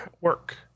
work